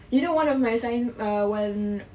you know one of my assign~ uh one